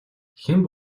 хэн